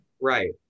Right